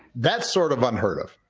that's sort of unheard of,